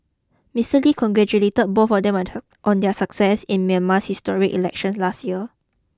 Mister Lee congratulated them both on their success in Myanmar's historic elections last year